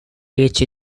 each